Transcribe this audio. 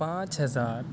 پانچ ہزار